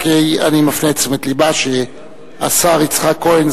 אני רק מפנה את תשומת לבה שהשר יצחק כהן,